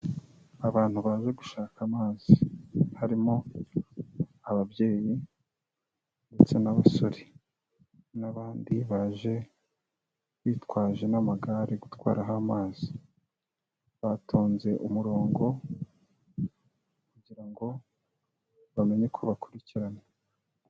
Abantu baje gushaka amazi harimo ababyeyi ndetse n'abasore n'abandi baje bitwaje n'amagare yo gutwararaho amazi, batonze umurongo kugira ngo bamenye uko bakurikirana.